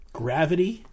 gravity